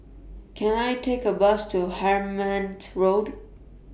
Can I Take A Bus to Hemmant Road